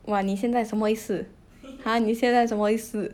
!wah! 你现在什么意思 !huh! 你现在什么意思